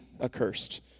accursed